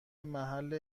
محل